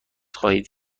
خواهید